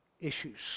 issues